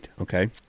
okay